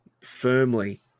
firmly